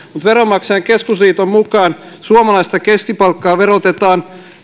veronmaksajain keskusliiton mukaan suomalaista keskipalkkaa verotetaan